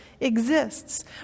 exists